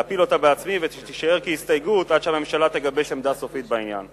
להפיל אותה בעצמי ושתישאר כהסתייגות עד שהממשלה תגבש עמדה סופית בעניין.